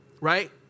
Right